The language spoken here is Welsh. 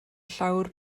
llawr